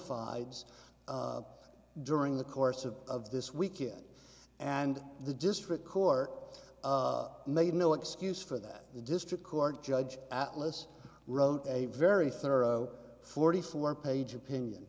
fides during the course of of this weekend and the district court made no excuse for that the district court judge atlas wrote a very thorough forty four page opinion